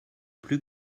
plus